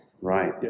Right